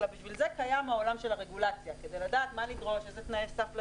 אלא בשביל זה קיים העולם של הרגולציה כדי לדעת אילו תנאי סף לשים.